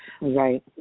right